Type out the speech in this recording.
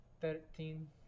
Thirteen